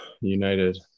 United